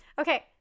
okay